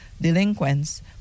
delinquents